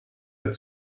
red